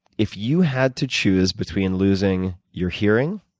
if you had to choose between losing your hearing,